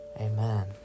amen